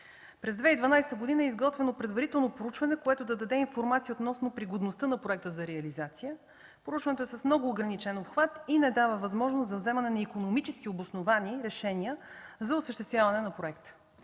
През 2012 г. е изготвено предварително проучване, което да даде информация относно пригодността на проекта за реализация. Проучването е с много ограничен обхват и не дава възможност за вземане на икономически обосновани решения за осъществяване на проекта.